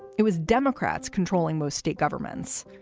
it was democrats controlling most state governments.